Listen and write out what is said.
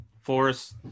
forest